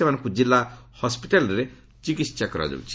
ସେମାନଙ୍କୁ ଜିଲ୍ଲା ହସ୍କିଟାଲରେ ଚିକିତ୍ସା କରାଯାଉଛି